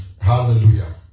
hallelujah